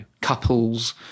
couples